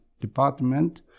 department